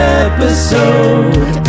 episode